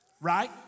right